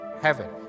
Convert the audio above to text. heaven